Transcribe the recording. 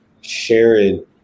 sharing